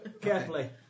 Carefully